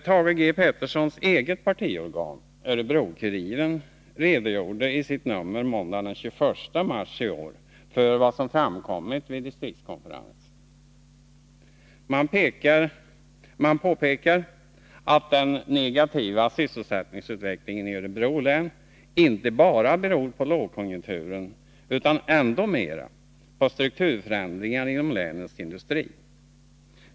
Thage G. Petersons eget partiorgan, Örebro-Kuriren, redogjorde i sitt nummer måndagen den 21 mars i år för vad som framkommit vid distriktskonferensen. Man påpekar att den negativa sysselsättningsutvecklingen i Örebro län inte bara beror på lågkonjunkturen utan ännu mera på strukturförändringar inom länets industri.